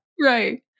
Right